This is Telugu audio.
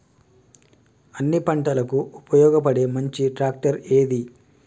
అన్ని పంటలకు ఉపయోగపడే మంచి ట్రాక్టర్ ఏది?